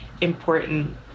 important